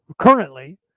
currently